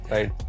Right